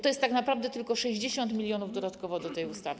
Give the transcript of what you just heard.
To jest tak naprawdę tylko 60 mln zł dodatkowo do tej ustawy.